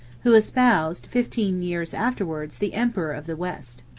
who espoused, fifteen years afterwards, the emperor of the west.